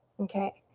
okay.